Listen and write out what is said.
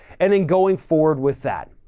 and then going forward with that.